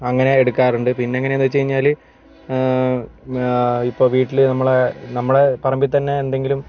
അങ്ങനെ എടുക്കാറുണ്ട് പിന്നെ എങ്ങനെ എന്ന് വെച്ചുകഴിഞ്ഞാൽ ഇപ്പോൾ വീട്ടിൽ നമ്മുടെ നമ്മുടെ പറമ്പിൽ തന്നെ എന്തെങ്കിലും